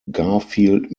garfield